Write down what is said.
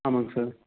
ஆமாங்க சார்